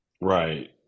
Right